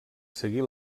seguir